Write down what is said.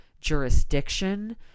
jurisdiction